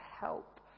help